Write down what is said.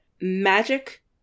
magic